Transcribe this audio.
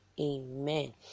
Amen